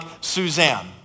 Suzanne